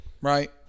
right